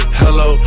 hello